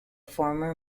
former